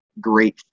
great